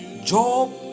Job